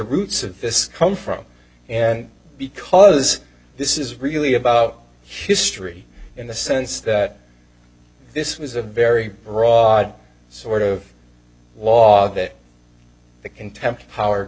roots of this come from and because this is really about history in the sense that this was a very broad sort of law that the contempt power